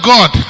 God